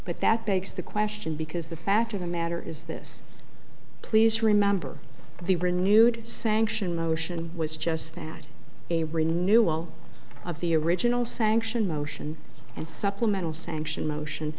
but that begs the question because the fact of the matter is this please remember the renewed sanction motion was just that a renewal of the original sanction motion and supplemental sanction motion